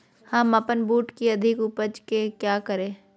हम अपन बूट की अधिक उपज के क्या करे?